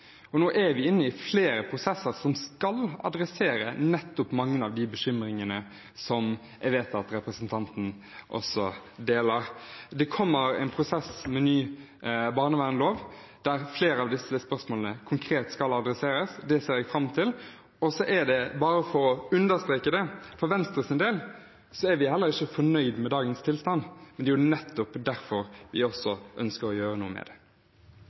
det. Nå er vi inne i flere prosesser rettet mot nettopp mange av de bekymringene som jeg vet at representanten også deler. Det kommer en prosess med en ny barnevernslov, der flere av disse spørsmålene skal behandles konkret. Det ser jeg fram til. Og bare for å understreke det: Vi i Venstre er heller ikke fornøyd med dagens tilstand, og det er jo nettopp derfor vi ønsker å gjøre noe med